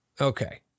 Okay